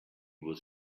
was